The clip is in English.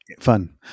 Fun